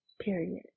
period